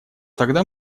тогда